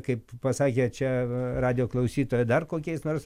kaip pasakė čia radijo klausytoja dar kokiais nors